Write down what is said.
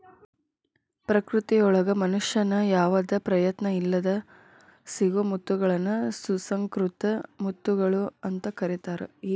ಪ್ರಕೃತಿಯೊಳಗ ಮನುಷ್ಯನ ಯಾವದ ಪ್ರಯತ್ನ ಇಲ್ಲದ್ ಸಿಗೋ ಮುತ್ತಗಳನ್ನ ಸುಸಂಕೃತ ಮುತ್ತುಗಳು ಅಂತ ಕರೇತಾರ